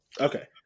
Okay